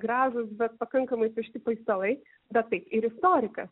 gražūs bet pakankamai tušti paistalai bet taip ir istorikas